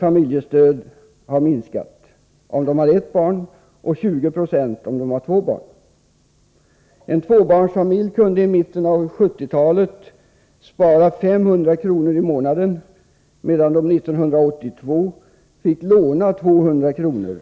familjestöd minskat med 30 96 om den har ett barn och 20 96 om den har två barn. En tvåbarnsfamilj kunde i mitten av 1970-talet spara 500 kr. i månaden, medan den 1982 fick låna 200 kr.